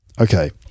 Okay